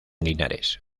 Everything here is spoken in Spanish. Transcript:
linares